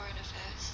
foreign affairs